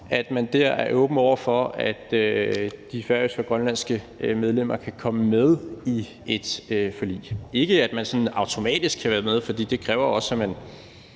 så man der er åben over for, at de færøske og grønlandske medlemmer kan komme med i et forlig. Det skal ikke forstås sådan, at man sådan automatisk kan være med, for det kræver også, at man